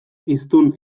hiztun